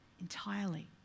entirely